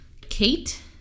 Kate